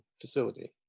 facility